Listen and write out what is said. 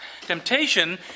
Temptation